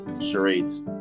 Charades